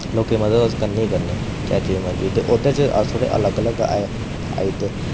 लोकें दी मदद अस करने गै करने चाहे जे मरज़ी होइया ते ओह्दे च अस थोह्डे अलग अलग आई दे